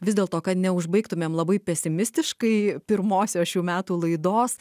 vis dėlto kad neužbaigtumėm labai pesimistiškai pirmosios šių metų laidos